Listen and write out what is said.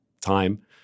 time